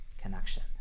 connection